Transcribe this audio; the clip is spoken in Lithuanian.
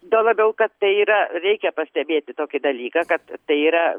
tuo labiau kad tai yra reikia pastebėti tokį dalyką kad tai yra